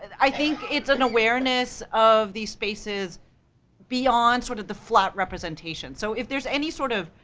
i think it's an awareness of these spaces beyond sort of the flat representation. so if there's any sort of,